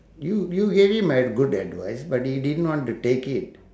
you you gave him a good advice but he didn't want to take it